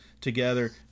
together